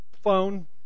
phone